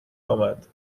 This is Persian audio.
آمد